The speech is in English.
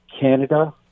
Canada